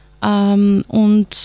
Und